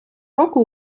року